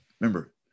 remember